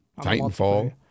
Titanfall